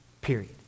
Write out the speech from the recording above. period